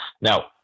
Now